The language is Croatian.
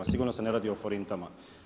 Sigurno se ne radi o forintama.